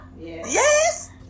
Yes